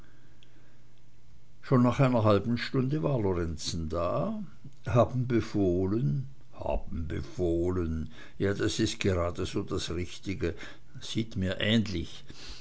schon nach einer halben stunde war lorenzen da haben befohlen haben befohlen ja das ist gerade so das richtige sieht mir ähnlich